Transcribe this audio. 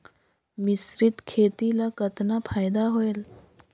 मिश्रीत खेती ल कतना फायदा होयल?